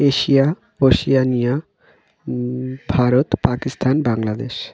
Asia Oceania Bharat Pakistan Bangladesh